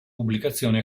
pubblicazione